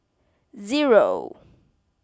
zero